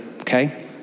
okay